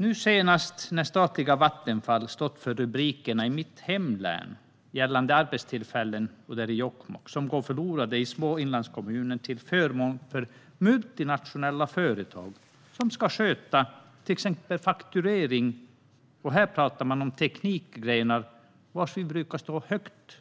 Nu senast är det statliga Vattenfall som stått för rubrikerna i mitt hemlän, i Jokkmokk. Det gäller arbetstillfällen som går förlorade i små inlandskommuner, till förmån för multinationella företag som ska sköta till exempel fakturering. Här talar man om teknikgrenar där vi brukar stå högt